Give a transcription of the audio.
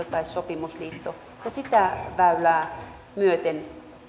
tai sopimusliitto ja sitä väylää myöten